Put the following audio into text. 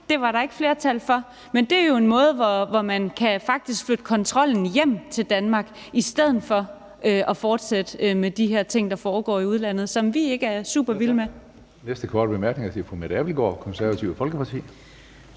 det var der ikke flertal for, men det er jo en måde, hvorpå man faktisk kan flytte kontrollen hjem til Danmark, i stedet for at fortsætte med de her ting, der foregår i udlandet, som vi ikke er super vilde med.